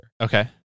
Okay